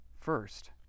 first